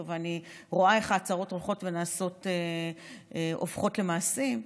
ואני רואה איך ההצהרות הולכות והופכות למעשים,